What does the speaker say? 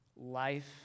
life